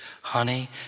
Honey